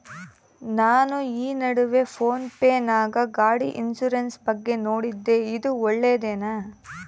ನಾನು ಈ ನಡುವೆ ಫೋನ್ ಪೇ ನಾಗ ಗಾಡಿ ಇನ್ಸುರೆನ್ಸ್ ಬಗ್ಗೆ ನೋಡಿದ್ದೇ ಇದು ಒಳ್ಳೇದೇನಾ?